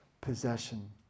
possession